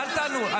אל תענו.